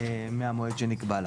מהמועד שנקבע לה.